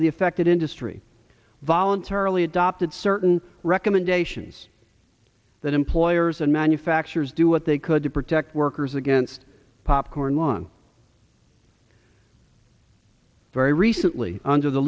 of the affected industry voluntarily adopted certain recommendations that employers and manufacturers do what they could to protect workers against popcorn lung very recently under the